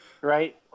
Right